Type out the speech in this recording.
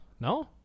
No